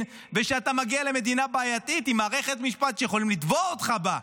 ושאתה מגיע למדינה בעייתית עם מערכת משפט שיכולים לתבוע אותך בה,